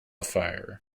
fire